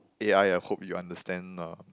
a_i I hope you understand uh